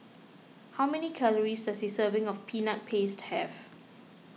how many calories does a serving of Peanut Paste have